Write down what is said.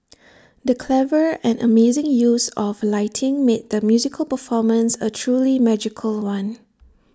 the clever and amazing use of lighting made the musical performance A truly magical one